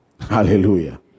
hallelujah